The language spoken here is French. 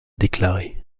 déclarés